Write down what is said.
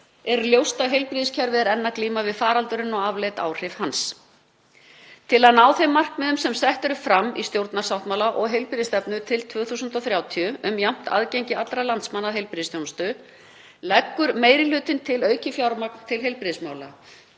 er ljóst að heilbrigðiskerfið er enn að glíma við faraldurinn og afleidd áhrif hans. Til að ná þeim markmiðum sem sett eru fram í stjórnarsáttmála og heilbrigðisstefnu til 2030 um jafnt aðgengi allra landsmanna að heilbrigðisþjónustu leggur meiri hlutinn til aukið fjármagn til heilbrigðismála.